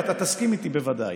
ואתה תסכים איתי בוודאי,